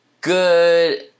good